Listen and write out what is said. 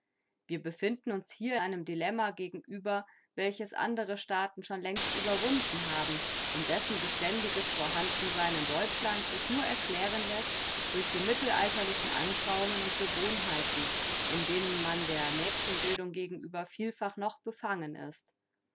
wir befinden uns hier einem dilemma gegenüber welches andere staaten schon längst überwunden haben und dessen beständiges vorhandensein in deutschland sich nur erklären läßt durch die mittelalterlichen anschauungen und gewohnheiten in denen man der mädchenbildung gegenüber vielfach noch befangen ist